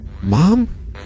Mom